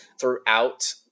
throughout